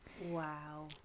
Wow